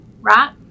right